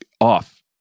off